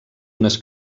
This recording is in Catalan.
unes